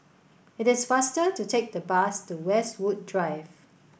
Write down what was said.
it is faster to take the bus to Westwood Drive